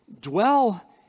dwell